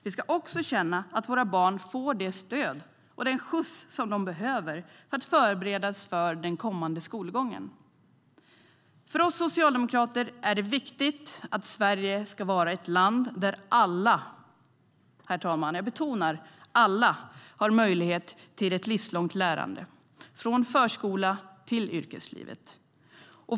Vi ska också känna att våra barn får det stöd och den skjuts de behöver för att förberedas för den kommande skolgången. För oss socialdemokrater är det viktigt att Sverige ska vara ett land där alla - jag betonar det, herr talman - har möjlighet till ett livslångt lärande från förskola till yrkeslivet.